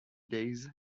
days